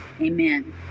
Amen